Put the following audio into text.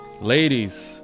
ladies